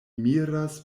miras